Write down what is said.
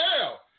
hell